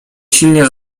silnie